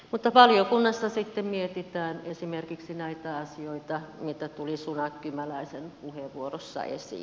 mutta valiokunnassa sitten mietitään esimerkiksi näitä asioita mitä tuli suna kymäläisen puheenvuorossa esiin